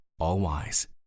all-wise